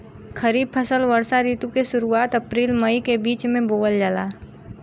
खरीफ फसल वषोॅ ऋतु के शुरुआत, अपृल मई के बीच में बोवल जाला